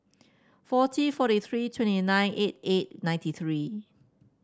forty fourteen three twenty nine eight eight ninety three